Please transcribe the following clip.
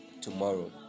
tomorrow